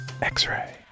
X-ray